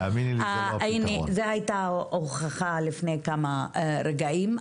זו הייתה ההוכחה, לפני כמה רגעים.